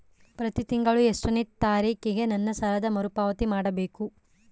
ಪ್ರತಿ ತಿಂಗಳು ಎಷ್ಟನೇ ತಾರೇಕಿಗೆ ನನ್ನ ಸಾಲದ ಮರುಪಾವತಿ ಮಾಡಬೇಕು?